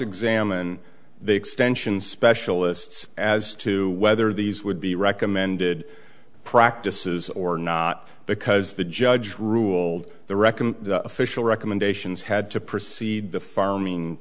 examine the extension specialists as to whether these would be recommended practices or not because the judge ruled the reckon official recommendations had to precede the farming